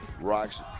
rocks